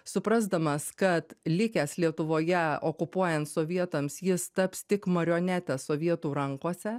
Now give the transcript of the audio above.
suprasdamas kad likęs lietuvoje okupuojant sovietams jis taps tik marionetė sovietų rankose